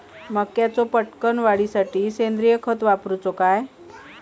मक्याचो पटकन वाढीसाठी सेंद्रिय खत वापरूचो काय?